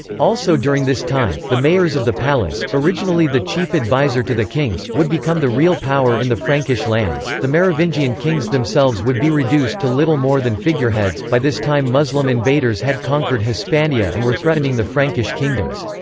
also during this time, the mayors of the palace, originally the chief advisor to the kings, would become the real power in the frankish lands the merovingian kings themselves would be reduced to little more than figureheads by this time muslim invaders had conquered hispania and were threatening the frankish kingdoms.